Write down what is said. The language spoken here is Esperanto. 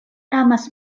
amas